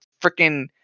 freaking